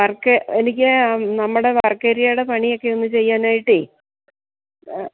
work എനിക്ക് നമ്മുടെ വർക്കേരിയയുടെ പണിയൊക്കെയൊന്നു ചെയ്യാനായിട്ടേ